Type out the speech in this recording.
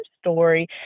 story